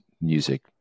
music